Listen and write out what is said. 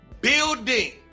building